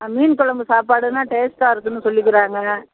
மீன் கொழம்பு சாப்பாடுன்னா டேஸ்ட்டாக இருக்குன்னு சொல்லிக்கிறாங்கங்க